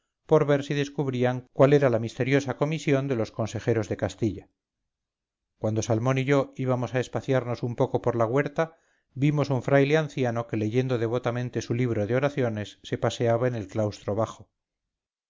por ver si descubrían cuál era la misteriosa comisión de los consejeros de castilla cuando salmón y yo íbamos a espaciarnos un poco por la huerta vimos un fraile anciano que leyendo devotamente su libro de oraciones se paseaba en el claustro bajo